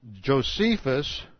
Josephus